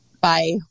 Bye